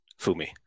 Fumi